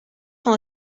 van